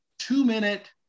two-minute